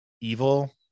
evil